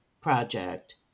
project